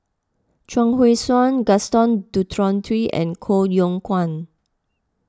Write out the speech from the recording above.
Chuang Hui Tsuan Gaston Dutronquoy and Koh Yong Guan